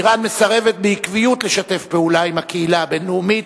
אירן מסרבת בעקביות לשתף פעולה עם הקהילה הבין-לאומית,